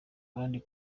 abandi